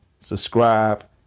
subscribe